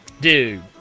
Dude